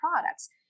products